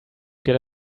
get